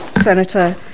Senator